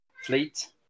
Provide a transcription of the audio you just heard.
fleet